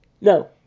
No